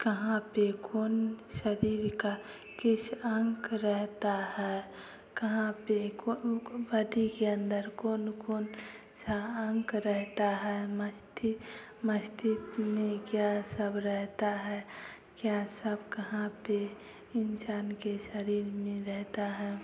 कहाँ पे कौन शरीर का किस अंग रहता है कहाँ पे कौन बड़ी के अंदर कौन कौन सा अंग रहता है मस्तिष्क में क्या सब रहता है क्या सब कहाँ पे इंसान के शरीर में रहता है